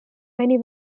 many